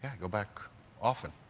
go back often.